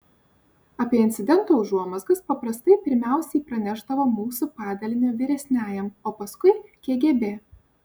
apie incidento užuomazgas paprastai pirmiausiai pranešdavo mūsų padalinio vyresniajam o paskui kgb